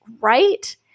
right